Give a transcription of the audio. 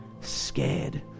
scared